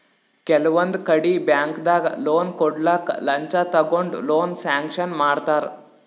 ಕೆಲವೊಂದ್ ಕಡಿ ಬ್ಯಾಂಕ್ದಾಗ್ ಲೋನ್ ಕೊಡ್ಲಕ್ಕ್ ಲಂಚ ತಗೊಂಡ್ ಲೋನ್ ಸ್ಯಾಂಕ್ಷನ್ ಮಾಡ್ತರ್